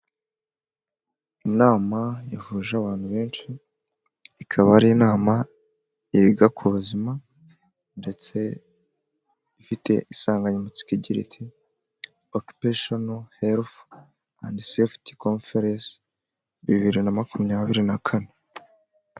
Inama yahuje abantu benshi, ikaba ari inama yiga ku buzima ndetse ifite insanganyamatsiko igira iti okipeshono halifu endi sefuti komferensi bibiri na makumyabiri na kane.